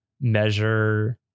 measure